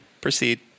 Proceed